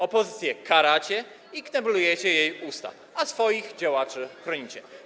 Opozycję karacie i kneblujecie jej usta, a swoich działaczy chronicie.